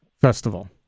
festival